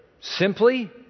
simply